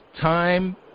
time